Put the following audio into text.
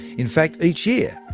in fact, each year,